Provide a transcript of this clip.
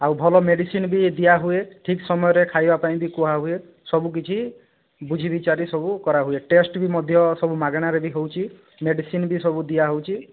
ଆଉ ଭଲ ମେଡ଼ିସିନ ବି ଦିଆ ହୁଏ ଠିକ୍ ସମୟରେ ଖାଇବା ପାଇଁ ବି କୁହା ହୁଏ ସବୁ କିଛି ବୁଝି ବିଚାରି ସବୁ କରାହୁଏ ଟେଷ୍ଟ ବି ମଧ୍ୟ ସବୁ ମାଗଣାରେ ବି ହେଉଛି ମେଡ଼ିସିନ୍ ବି ସବୁ ଦିଆହେଉଛି